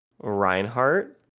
Reinhardt